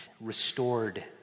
restored